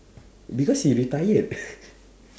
because he retired